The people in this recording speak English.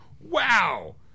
wow